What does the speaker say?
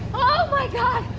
oh my god,